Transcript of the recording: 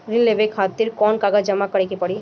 ऋण लेवे खातिर कौन कागज जमा करे के पड़ी?